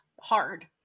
Hard